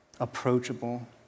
approachable